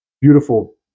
beautiful